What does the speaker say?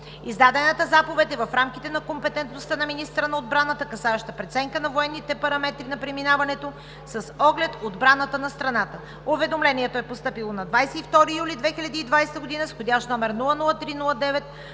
Издадената заповед е в рамките на компетентността на министъра на отбраната, касаеща преценка на военните параметри на преминаването с оглед отбраната на страната. Уведомлението е постъпило на 22 юли 2020 г. с входящ № 003-09-51